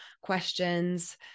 questions